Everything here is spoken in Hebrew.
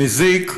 מזיק.